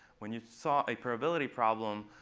when you saw a probability problem,